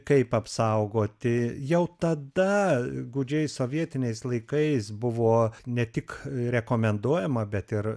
kaip apsaugoti jau tada gūdžiais sovietiniais laikais buvo ne tik rekomenduojama bet ir